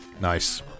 Nice